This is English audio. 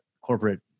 corporate